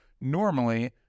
normally